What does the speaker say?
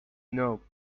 know